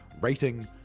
rating